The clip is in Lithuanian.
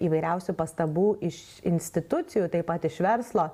įvairiausių pastabų iš institucijų taip pat iš verslo